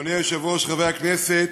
אדוני היושב-ראש, חברי הכנסת,